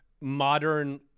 modern